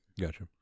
gotcha